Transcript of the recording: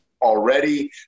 already